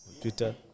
twitter